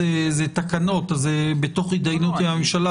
ואז על בסיס הנתונים האלה,